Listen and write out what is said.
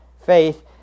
faith